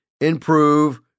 improve